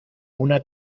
una